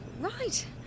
Right